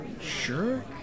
sure